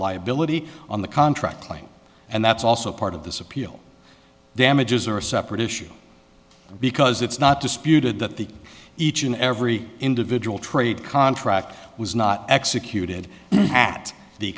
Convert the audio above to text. liability on the contract claim and that's also part of this appeal damages are a separate issue because it's not disputed that the each and every individual trade contract was not executed